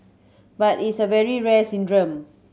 but it's a very rare syndrome